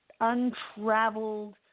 untraveled